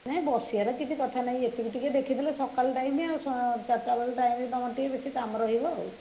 ନାହିଁ ବସିବାର କିଛି କଥା ନାହିଁ ଏତିକି ଟିକିଏ ଦେଖିଦେଲେ ସକାଳ ଟାଇମ୍ ଆଉ ସ ଚାରିଟା ବେଳ ଟାଇମ୍ ତମର ଟିକେ ବେଶୀ କାମ ରହିବ ଆଉ